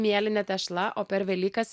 mielinė tešla o per velykas